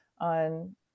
on